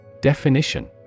Definition